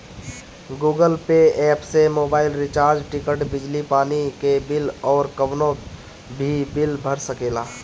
Google Pay app से mobile recharge, ticket, बिजली पानी के बिल अउरी कवनो भी बिल भर सकेला